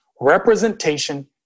Representation